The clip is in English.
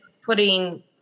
putting